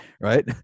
right